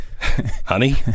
Honey